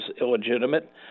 illegitimate